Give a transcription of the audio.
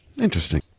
Interesting